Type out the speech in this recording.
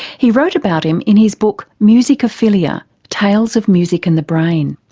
he wrote about him in his book musicophilia tales of music and the brain.